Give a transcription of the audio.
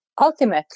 Ultimately